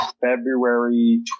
February